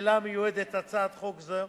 שלה מיועדת הצעת חוק זו,